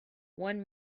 one